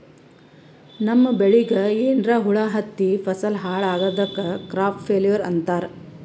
ನಮ್ಮ್ ಬೆಳಿಗ್ ಏನ್ರಾ ಹುಳಾ ಹತ್ತಿ ಫಸಲ್ ಹಾಳ್ ಆಗಾದಕ್ ಕ್ರಾಪ್ ಫೇಲ್ಯೂರ್ ಅಂತಾರ್